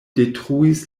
detruis